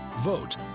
Vote